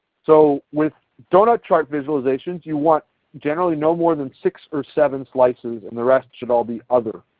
so with donut chart visualizations you want generally no more than six or seven slices, and the rest should all be other.